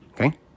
okay